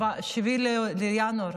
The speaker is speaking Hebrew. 7 בינואר.